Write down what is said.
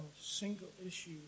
single-issue